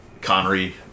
Connery